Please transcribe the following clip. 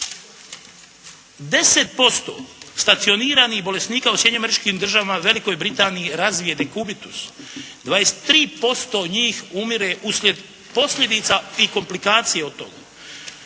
10% stacioniranih bolesnika u Sjedinjenim Američkim Državama, Velikoj Britaniji razvije dekubitus. 23% njih umire uslijed posljedica tih komplikacija od toga.